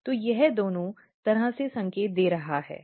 तो यह दोनों तरह से संकेत दे रहा है